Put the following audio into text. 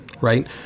right